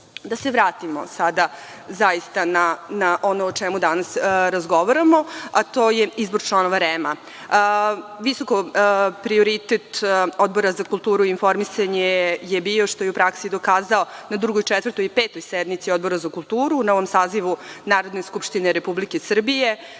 se vratimo sada zaista na ono o čemu danas razgovaramo, a to je izbor članova REM-a. Visok prioritet Odbora za kulturu i informisanje je bio što je u praksi dokazao na drugoj, četvrtoj i petoj sednici Odbora za kulturu u novom sazivu Narodne skupštine Republike Srbije,